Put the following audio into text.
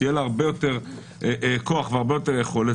שיהיה לה הרבה יותר כוח והרבה יותר יכולת,